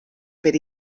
per